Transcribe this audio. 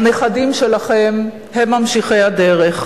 הנכדים שלכם, הם ממשיכי הדרך.